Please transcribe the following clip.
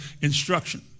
instruction